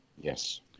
Yes